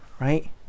right